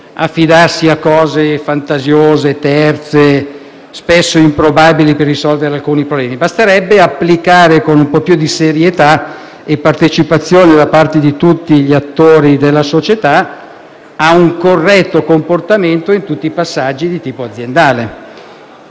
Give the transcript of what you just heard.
affidarsi a cose fantasiose, terze e spesso improbabili per risolvere ogni problema; basterebbe applicare con più serietà e partecipazione, da parte di tutti gli attori della società, un corretto comportamento in tutti i passaggi di tipo aziendale.